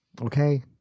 okay